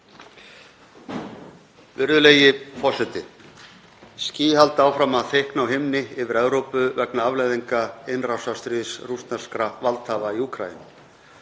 Virðulegi forseti. Ský halda áfram að þykkna á himni yfir Evrópu vegna afleiðinga innrásarstríðs rússneskra valdhafa í Úkraínu.